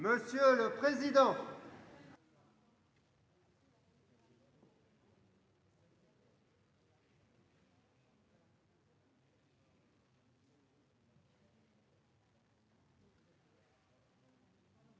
monsieur le président